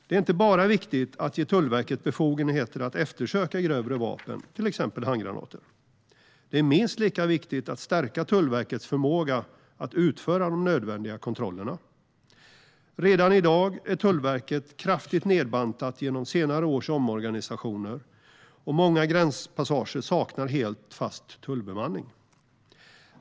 Det är inte bara viktigt att ge Tullverket befogenheten att eftersöka grövre vapen, till exempel handgranater. Det är minst lika viktigt att stärka Tullverkets förmåga att utföra de nödvändiga kontrollerna. Redan i dag är Tullverket kraftigt nedbantat genom senare års omorganisationer, och många gränspassager saknar helt fast tullbemanning.